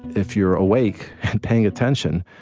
if you're awake and paying attention,